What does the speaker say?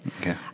Okay